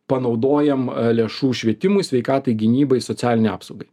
panaudojam lėšų švietimui sveikatai gynybai socialinei apsaugai